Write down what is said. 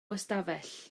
ystafell